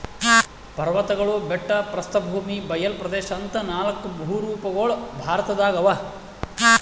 ಪರ್ವತ್ಗಳು ಬೆಟ್ಟ ಪ್ರಸ್ಥಭೂಮಿ ಬಯಲ್ ಪ್ರದೇಶ್ ಅಂತಾ ನಾಲ್ಕ್ ಭೂರೂಪಗೊಳ್ ಭಾರತದಾಗ್ ಅವಾ